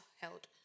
held